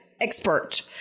Expert